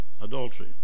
adultery